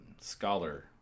scholar